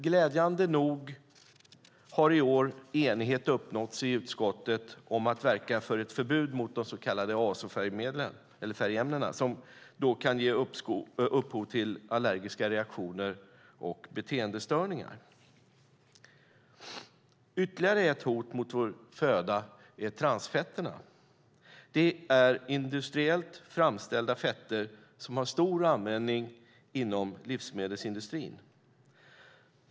Glädjande nog har i år enighet uppnåtts i utskottet om att verka för ett förbud mot de så kallade azofärgämnena som kan ge upphov till allergiska reaktioner och beteendestörningar. Ytterligare ett hot mot vår föda är transfetter. Det är industriellt framställda fetter som har stor användning inom livsmedelsindustrin.